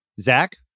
Zach